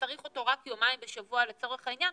צריך אותו רק יומיים בשבוע לצורך העניין,